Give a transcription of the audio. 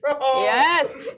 Yes